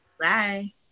Bye